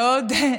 בוקר טוב.